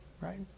Right